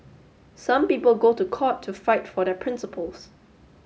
some people go to court to fight for their principles